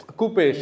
coupe